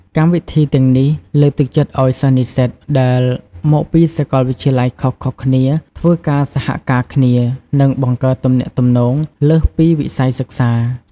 កម្មវិធីទាំងនេះលើកទឹកចិត្តឲ្យនិស្សិតដែលមកពីសកលវិទ្យាល័យខុសៗគ្នាធ្វើការសហការគ្នា និងបង្កើតទំនាក់ទំនងលើសពីវិស័យសិក្សា។